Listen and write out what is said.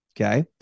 Okay